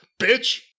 Bitch